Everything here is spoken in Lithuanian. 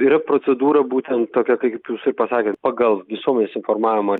yra procedūra būtent tokia kaip jūs ir pasakėt pagal visuomenės informavimo